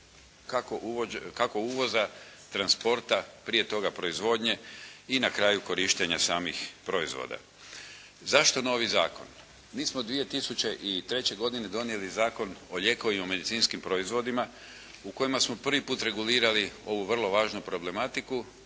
kako uvoza, transporta, prije toga proizvodnje i na kraju korištenja samih proizvoda. Zašto novi zakon? Mi smo 2003. godine donijeli Zakon o lijekovima i medicinskim proizvodima u kojima smo prvi put regulirali ovu vrlo važnu problematiku